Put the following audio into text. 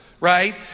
right